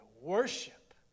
worship